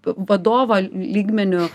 vadovą lygmeniu